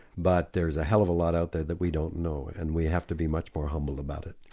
but there's a hell of a lot out there that we don't know, and we have to be much more humble about it.